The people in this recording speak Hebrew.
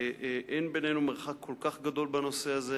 אין בינינו מרחק כל כך גדול בנושא הזה.